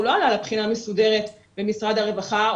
הוא לא עלה לבחינה מסודרת במשרד הרווחה,